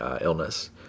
illness